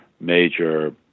major